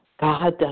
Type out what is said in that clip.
God